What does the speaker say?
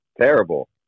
Terrible